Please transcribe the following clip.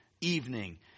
evening